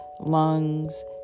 lungs